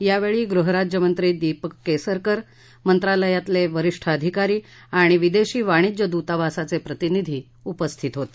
यावेळी गृहराज्यमंत्री दीपक केसरकर मंत्रालयातले वरीष्ठ अधिकारी आणि विदेशी वाणिज्य दूतावासाचे प्रतिनिधी उपस्थित होते